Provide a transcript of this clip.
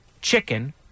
chicken